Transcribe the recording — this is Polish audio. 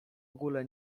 ogóle